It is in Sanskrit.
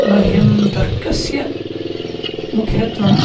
मह्यं तर्कस्य मुख्यत्वम्